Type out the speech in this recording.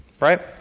right